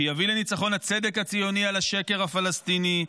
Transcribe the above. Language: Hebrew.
שיביא לניצחון הצדק הציוני על השקר הפלסטיני,